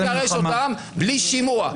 אי אפשר לגרש אותם בלי שימוע,